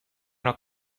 una